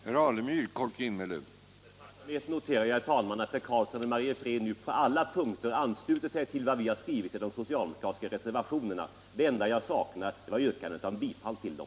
Herr talman! Med tacksamhet noterar jag att herr Karlsson i Mariefred nu på alla punkter ansluter sig till vad vi har skrivit i de socialdemokratiska reservationerna. Det enda jag saknade var yrkandet om bifall till dem.